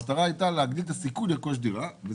המטרה הייתה להגדיל את הסיכוי לרכוש דירה,